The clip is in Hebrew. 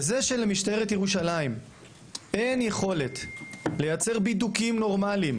זה שלמשטרת ירושלים אין יכולת לייצר בידוק נורמלי,